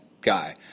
guy